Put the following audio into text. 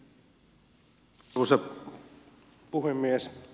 arvoisa puhemies